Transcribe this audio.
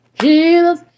Jesus